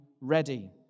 ready